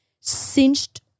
cinched